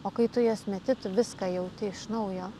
o kai tu juos meti tu viską jauti iš naujo